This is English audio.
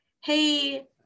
hey